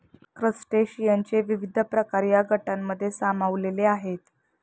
क्रस्टेशियनचे विविध प्रकार या गटांमध्ये सामावलेले आहेत